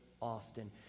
often